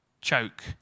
choke